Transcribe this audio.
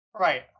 Right